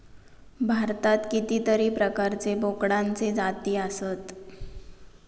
भारतात कितीतरी प्रकारचे बोकडांचे जाती आसत